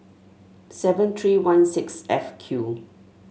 seven three one six F Q